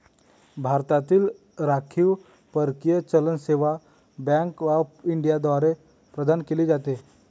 भारतातील राखीव परकीय चलन सेवा बँक ऑफ इंडिया द्वारे प्रदान केले जाते